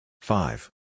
Five